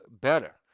better